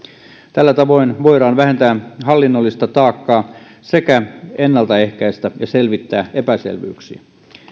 tällä tavoin voidaan vähentää hallinnollista taakkaa sekä ennaltaehkäistä ja selvittää epäselvyyksiä